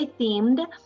themed